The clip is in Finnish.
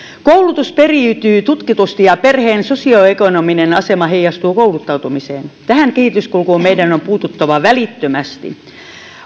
koulutus periytyy tutkitusti ja perheen sosioekonominen asema heijastuu kouluttautumiseen tähän kehityskulkuun meidän on puututtava välittömästi